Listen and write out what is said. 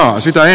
aasi tai